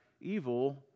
evil